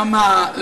אה,